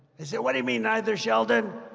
i said, what do you mean neither, sheldon?